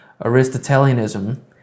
Aristotelianism